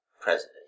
president